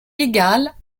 égales